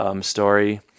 story